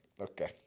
Okay